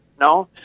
No